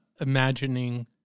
imagining